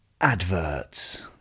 adverts